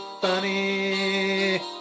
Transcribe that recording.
funny